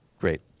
Great